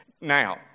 Now